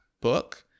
book